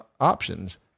options